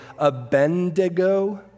abendigo